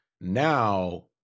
Now